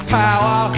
power